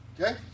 Okay